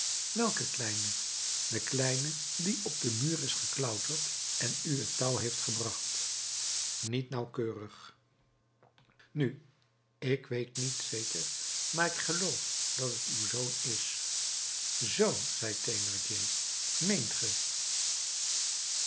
welken kleine den kleine die op den muur is geklauterd en u het touw heeft gebracht niet nauwkeurig nu ik weet niet zeker maar ik geloof dat het uw zoon is zoo zei thénardier meent